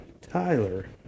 Tyler